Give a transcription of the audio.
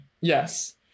Yes